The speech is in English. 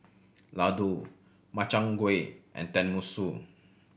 Ladoo Makchang Gui and Tenmusu